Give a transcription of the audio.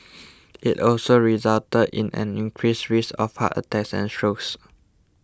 it also resulted in an increased risk of heart attacks and strokes